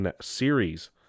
series